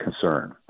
concern